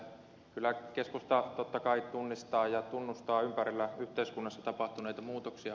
kyllä keskusta totta kai tunnistaa ja tunnustaa ympärillä yhteiskunnassa tapahtuneita muutoksia